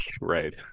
Right